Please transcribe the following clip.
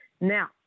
Now